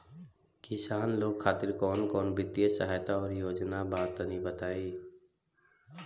किसान लोग खातिर कवन कवन वित्तीय सहायता और योजना बा तनि बताई?